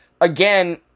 again